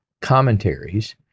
commentaries